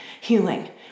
healing